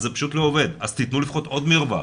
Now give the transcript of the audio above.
אז זה לא עובד, תנו בבקשה עוד מרווח,